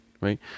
right